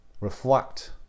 reflect